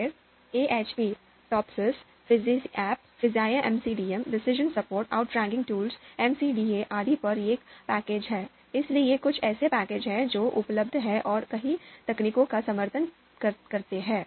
फिर AHP Topsis FuzzyAHP FuzzyMCDM decision Support Outranking Tools MCDA आदि पर एक पैकेज है इसलिए ये कुछ ऐसे पैकेज हैं जो उपलब्ध हैं और कई तकनीकों का समर्थन करते हैं